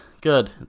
Good